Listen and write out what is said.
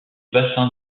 bassin